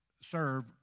serve